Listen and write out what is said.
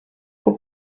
hoe